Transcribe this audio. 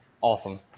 Awesome